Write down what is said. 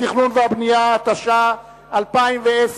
התכנון והבנייה, התש"ע 2010,